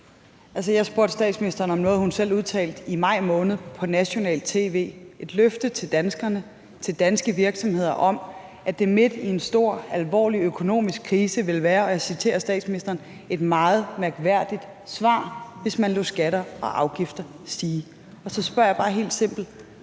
jeg spurgte statsministeren om noget, hun selv udtalte i maj måned på nationalt tv – et løfte til danskerne, til danske virksomheder om, at det midt i en stor og alvorlig økonomisk krise ville være, og jeg citerer statsministeren: et meget mærkværdigt svar, hvis man lod skatter og afgifter stige. Og så spørger jeg bare helt simpelt: